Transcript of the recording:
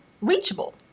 reachable